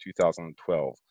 2012